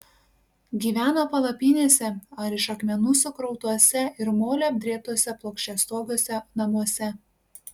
gyveno palapinėse ar iš akmenų sukrautuose ir moliu apdrėbtuose plokščiastogiuose namuose